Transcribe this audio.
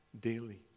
daily